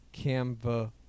Canva